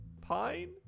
pine